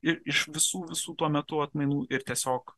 ir iš visų visų tuo metu atmainų ir tiesiog